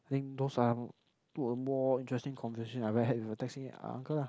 I think those are two or more interesting conversation that I had with a taxi uncle lah